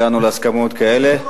הגענו להסכמות האלה.